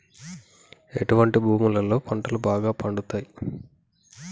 ఎటువంటి భూములలో పంటలు బాగా పండుతయ్?